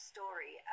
Story